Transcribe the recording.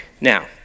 Now